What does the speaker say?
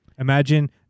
Imagine